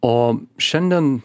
o šiandien